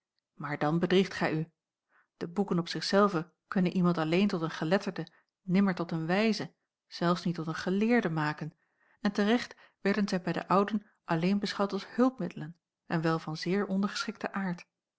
maar dan bedriegt gij u de boeken op zich zelve kunnen iemand alleen tot een geletterde nimmer tot een wijze zelfs niet tot een geleerde maken en te recht werden zij bij de ouden alleen beschouwd als hulpmiddelen en wel van zeer ondergeschikten aard